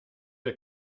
ihr